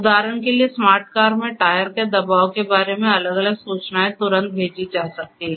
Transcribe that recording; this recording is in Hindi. उदाहरण के लिए स्मार्ट कार में टायर के दबाव के बारे में अलग अलग सूचनाएं तुरंत भेजी जा सकती हैं